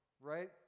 right